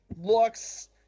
looks